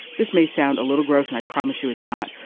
this may sound a little gross. i promise you it's not.